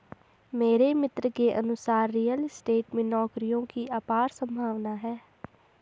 मेरे मित्र के अनुसार रियल स्टेट में नौकरियों की अपार संभावना है